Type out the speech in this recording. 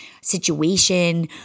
situation